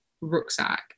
rucksack